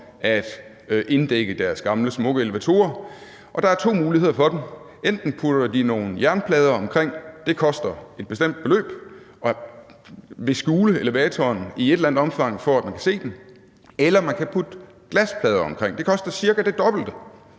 at inddække deres gamle smukke elevatorer. Og der er to muligheder for dem: De kan enten putte nogle jernplader omkring dem, og det koster et bestemt beløb og vil i et eller andet omfang skjule elevatoren, så man ikke kan se den, eller de kan putte glasplader omkring dem, og det koster cirka det dobbelte.